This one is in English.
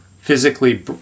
physically